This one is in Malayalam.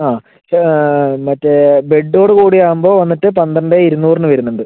ആ മറ്റെ ബെഡ്ഡോട് കൂടി ആകുമ്പം വന്നിട്ട് പന്ത്രണ്ട് ഇരുന്നൂറിന് വരുന്നുണ്ട്